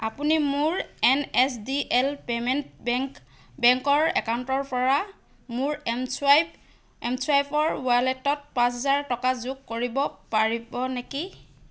আপুনি মোৰ N S D L payment bank বেংকৰ একাউণ্টৰপৰা মোৰ এম চোৱাইপ এম চোৱাইপৰ ৱালেটত পাঁচ হেজাৰ টকা যোগ কৰিব পাৰিব নেকি